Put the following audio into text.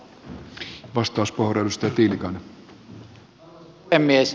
arvoisa puhemies